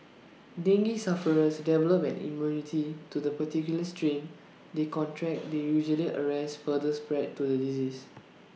dengue sufferers develop an immunity to the particular strain they contract that usually arrests further spread to the disease